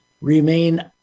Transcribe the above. remain